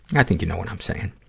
i think you know what i'm saying.